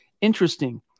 Interesting